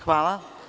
Hvala.